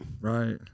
Right